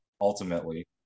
ultimately